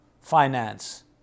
finance